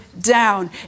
down